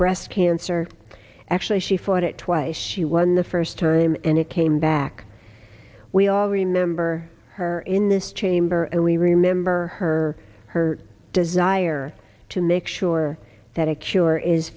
breast cancer actually she fought it twice she won the first time and it came back we all remember her in this chamber and we remember her her desire to make sure that a cure is